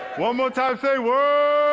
one more time! say, word!